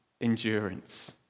endurance